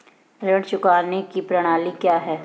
ऋण चुकाने की प्रणाली क्या है?